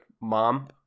mom